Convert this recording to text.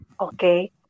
okay